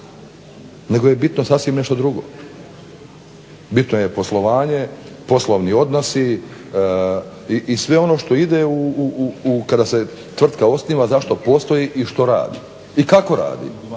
nego je bitno sasvim nešto drugo. Bitno je poslovanje, poslovni odnosi i sve ono što ide kada se tvrtka osniva zašto postoji i što radi i kako radi,